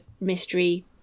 mystery